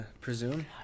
presume